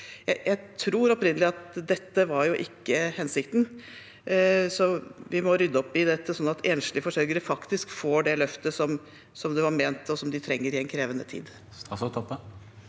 Jeg tror oppriktig at dette ikke var hensikten, så vi må rydde opp i dette sånn at enslige forsørgere faktisk får det løftet, slik det var ment, og som de trenger i en krevende tid.